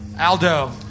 Aldo